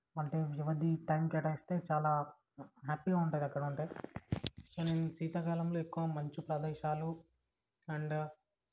అంటే వ్యవధి టైం కేటాయిస్తే చాలా హ్యాపీగా ఉంటుంది అక్కడ అంటే సో నేను శీతాకాలంలో ఎక్కువ మంచు ప్రదేశాలు అండ్